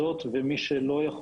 צוות שלא נמצא.